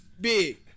big